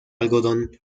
algodón